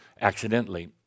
accidentally